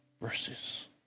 verses